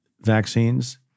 vaccines